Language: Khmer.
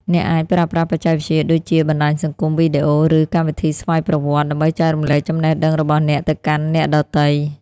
អ្នកអាចប្រើប្រាស់បច្ចេកវិទ្យាដូចជា បណ្តាញសង្គម វីដេអូ ឬ កម្មវិធីស្វ័យប្រវត្តិ ដើម្បីចែករំលែកចំណេះដឹងរបស់អ្នកទៅកាន់អ្នកដទៃ។